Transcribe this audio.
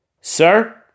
Sir